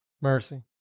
Mercy